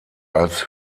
als